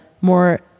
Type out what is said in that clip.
more